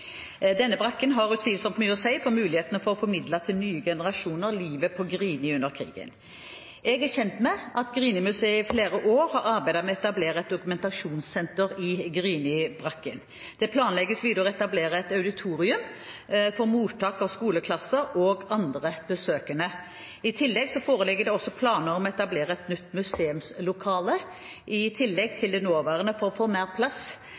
Denne brakken har utvilsomt mye å si for muligheten for å få formidlet til nye generasjoner livet på Grini under krigen. Jeg er kjent med at Grini-museet i flere år har arbeidet med å etablere et dokumentasjonssenter i Grini-brakken. Det planlegges videre å etablere et auditorium for mottak av skoleklasser og andre besøkende. I tillegg foreligger det planer om å etablere et museumslokale i tillegg til det nåværende, for å få mer plass